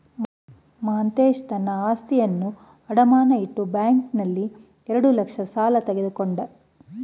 ಮಾಂತೇಶ ತನ್ನ ಆಸ್ತಿಯನ್ನು ಅಡಮಾನ ಇಟ್ಟು ಬ್ಯಾಂಕ್ನಲ್ಲಿ ಎರಡು ಲಕ್ಷ ಸಾಲ ತಕ್ಕೊಂಡ